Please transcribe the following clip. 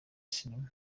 cinema